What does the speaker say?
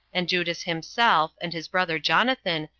and judas himself, and his brother jonathan,